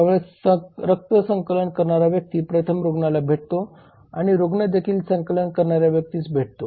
त्यामुळे रक्त संकलन करणारा व्यक्ती प्रथम रुग्णाला भेटतो आणि रुग्ण देखील संकलन करणाऱ्या व्यक्तीस भेटतो